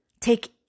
Take